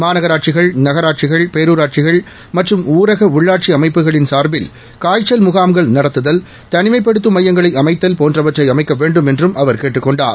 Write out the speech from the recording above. மாநனாட்சிகள் நகராட்சிகள் பேருராட்சிகள் மற்றும் ஊரக உள்ளாட்சி அமைப்புகளின் சார்பில் னய்ச்சல் முனாம்கள் நடத்துதல் தனிமைப்படுத்தம் மையங்களை அமைத்தல் போன்றவற்றை அமைக்க வேண்டும் என்றும் அவர் கேட்டுக் கொண்டார்